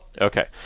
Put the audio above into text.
Okay